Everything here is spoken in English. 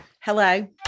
Hello